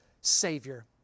savior